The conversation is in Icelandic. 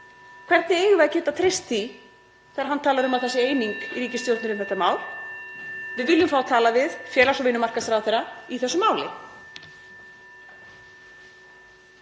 Hvernig eigum við að geta treyst því þegar hann talar um að það sé eining í ríkisstjórninni um þetta mál? Við viljum fá að tala við hæstv. félags- og vinnumarkaðsráðherra í þessu máli.